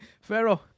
Pharaoh